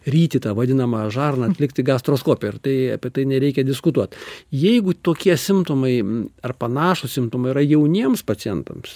ryti tą vadinamąją žarną atlikti gastroskopiją ir tai apie tai nereikia diskutuot jeigu tokie simptomai ar panašūs simptomai yra jauniems pacientams